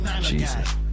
Jesus